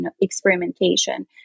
experimentation